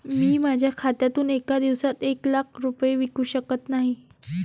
मी माझ्या खात्यातून एका दिवसात एक लाख रुपये विकू शकत नाही